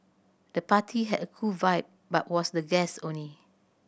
the party had a cool vibe but was the guests only